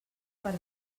per